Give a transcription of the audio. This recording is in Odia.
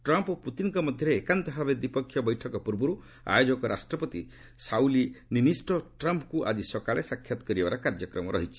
ଟ୍ରମ୍ପ ଓ ପୁତିନ୍ଙ୍କ ମଧ୍ୟରେ ଏକାନ୍ତ ଭାବେ ଦ୍ୱିପକ୍ଷିୟ ବୈଠକ ପୂର୍ବରୁ ଆୟୋଜକ ରାଷ୍ଟ୍ରପତି ସାଉଲି ନିନିଷ୍ଣୋ ଟ୍ରମ୍ପ୍ଙ୍କୁ ଆଜି ସକାଳେ ସାକ୍ଷାତ କରିବାର କାର୍ଯ୍ୟକ୍ରମ ରହିଛି